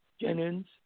Jennings